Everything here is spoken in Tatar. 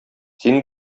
син